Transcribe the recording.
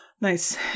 Nice